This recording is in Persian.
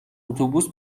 اتوبوس